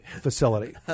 facility